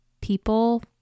people